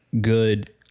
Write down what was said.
good